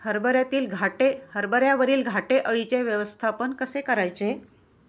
हरभऱ्यावरील घाटे अळीचे व्यवस्थापन कसे करायचे?